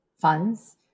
funds